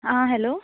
आ hello